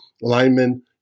linemen